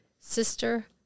Sister